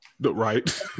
Right